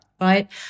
Right